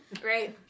Great